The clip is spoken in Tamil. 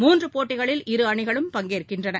மூன்றுபோட்டிகளில் இரு அணிகளும் பங்கேற்கின்றன